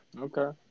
Okay